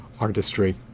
artistry